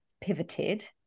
pivoted